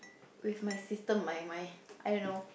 with my system my my I don't know